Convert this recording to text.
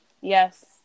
Yes